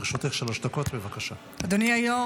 אין קשר.